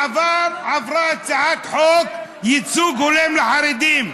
עברה הצעת חוק ייצוג הולם לחרדים.